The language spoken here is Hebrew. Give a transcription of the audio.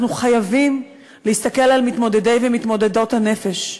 אנחנו חייבים להסתכל על מתמודדי ומתמודדות הנפש,